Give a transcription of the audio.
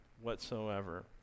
whatsoever